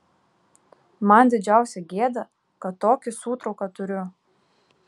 man didžiausia gėda kad tokį sūtrauką turiu